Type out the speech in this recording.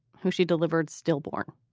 who she delivered stillborn.